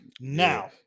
now